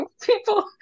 people